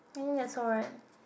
maybe that's alright